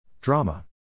Drama